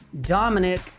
Dominic